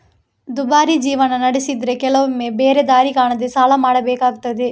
ದುಬಾರಿ ಜೀವನ ನಡೆಸಿದ್ರೆ ಕೆಲವೊಮ್ಮೆ ಬೇರೆ ದಾರಿ ಕಾಣದೇ ಸಾಲ ಮಾಡ್ಬೇಕಾಗ್ತದೆ